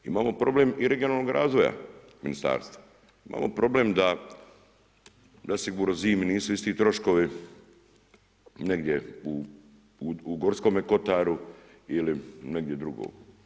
Imamo problem i regionalnog razvoja ministarstva, imamo problem da zasigurno zimi nisu isti troškovi negdje u Gorskome kotaru ili negdje drugo.